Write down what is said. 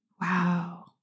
Wow